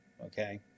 okay